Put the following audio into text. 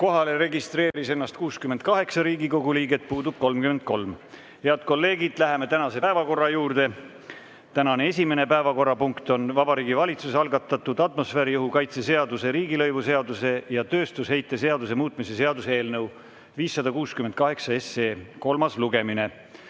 Palun võtta seisukoht ja hääletada! Head kolleegid, läheme tänase päevakorra juurde. Tänane esimene päevakorrapunkt on Vabariigi Valitsuse algatatud atmosfääriõhu kaitse seaduse, riigilõivuseaduse ja tööstusheite seaduse muutmise seaduse eelnõu 568 kolmas lugemine.